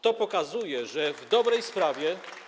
To pokazuje, że w dobrej sprawie